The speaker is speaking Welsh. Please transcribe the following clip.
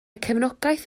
cefnogaeth